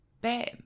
Bam